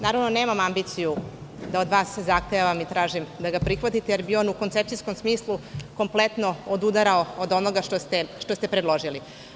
Naravno da nemam ambiciju da od vas zahtevam i tražim da ga prihvatite, jer bi on u koncepcijskom smislu kompletno odudarao od onoga što ste predložili.